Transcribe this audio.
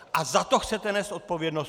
A za to chcete nést odpovědnost!